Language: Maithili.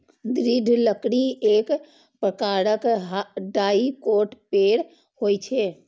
दृढ़ लकड़ी एक प्रकारक डाइकोट पेड़ होइ छै